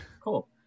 Cool